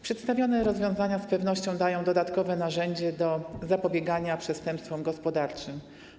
Przedstawione rozwiązania z pewnością dają dodatkowe narzędzie do zapobiegania przestępstwom gospodarczym.